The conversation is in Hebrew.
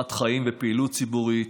חוכמת חיים ופעילות ציבורית.